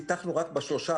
פיתחנו רק בשלושה,